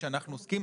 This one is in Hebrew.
שאנחנו עוסקים.